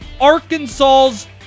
Arkansas's